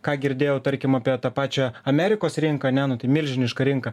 ką girdėjau tarkim apie tą pačią amerikos rinką ane nu tai milžiniška rinka